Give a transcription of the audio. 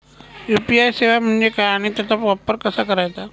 UPI सेवा म्हणजे काय आणि त्याचा वापर कसा करायचा?